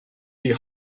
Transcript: die